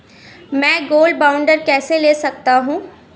मैं gold bond कैसे ले सकता हूँ?